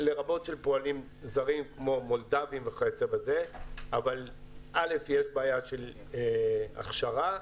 לרבות של פועלים זרים כמו מולדבים וכיו"ב אבל יש בעיה של הכשרה